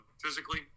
physically